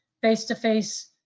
face-to-face